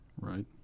Right